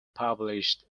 published